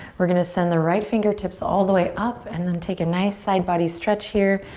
we're gonna send the right fingertips all the way up and then take a nice side body stretch here,